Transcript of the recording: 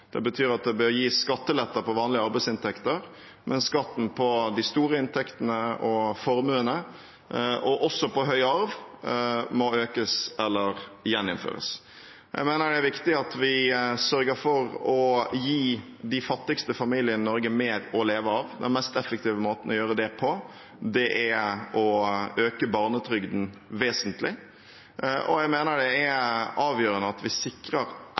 Det betyr at det bør gis skatteletter på vanlige arbeidsinntekter, mens skatten på de store inntektene og formuene, og også på stor arv, må økes eller gjeninnføres. Jeg mener det er viktig at vi sørger for å gi de fattigste familiene i Norge mer å leve av. Den mest effektive måten å gjøre det på er å øke barnetrygden vesentlig. Og jeg mener det er avgjørende at vi sikrer eierskap til våre felles ressurser for framtiden, sånn at